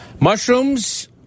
Mushrooms